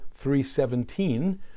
317